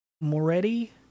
Moretti